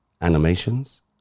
animations